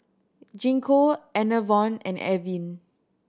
Gingko Enervon and Avene